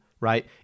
right